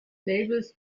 labels